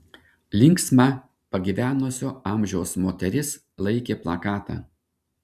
linksma pagyvenusio amžiaus moteris laikė plakatą